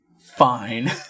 Fine